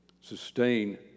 sustain